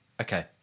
Okay